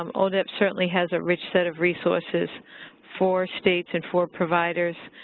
um odep certainly has a rich set of resources for states and for providers,